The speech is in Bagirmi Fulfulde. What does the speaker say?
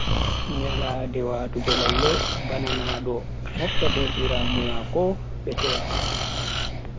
Nyalande watugo lalle, bananado mofta derdiraabe mako be seya.